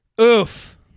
Oof